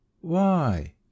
Why